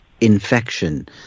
infection